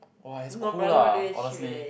!wah! it's cool lah honestly